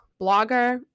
blogger